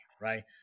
right